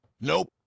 nope